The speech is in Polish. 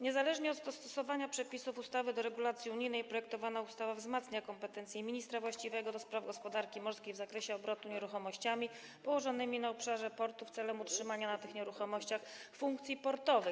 Niezależnie od dostosowywania przepisów ustawy do regulacji unijnej projektowana ustawa wzmacnia kompetencje ministra właściwego do spraw gospodarki morskiej w zakresie obrotu nieruchomościami położonymi na obszarze portów w celu utrzymania na tych nieruchomościach funkcji portowych.